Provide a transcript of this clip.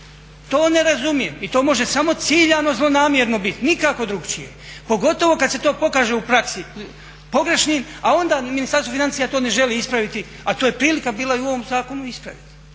To ne razumijem. I to može samo ciljano zlonamjerno biti, nikako drukčije. Pogotovo kad se to pokaže u praksi pogrešnim, a onda Ministarstvo financija to ne želi ispraviti, a to je prilika bila i u ovom zakonu ispraviti.